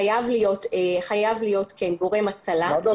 חייב להיות גורם הצלה.